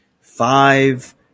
five